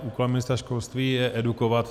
Úkolem ministra školství je edukovat.